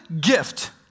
gift